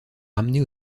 ramener